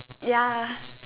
ya